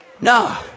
No